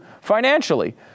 financially